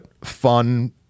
fun